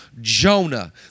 Jonah